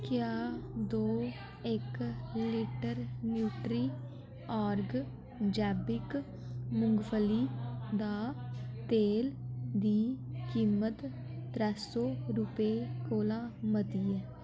क्या दो इक लीटर न्यूट्री आर्ग जैविक मुंगफली दा तेल दी कीमत त्रै सौ रपेऽ कोला मती ऐ